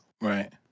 Right